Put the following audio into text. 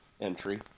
entry